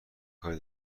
کاری